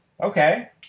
Okay